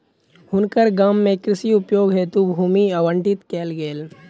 हुनकर गाम में कृषि उपयोग हेतु भूमि आवंटित कयल गेल